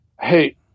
Hey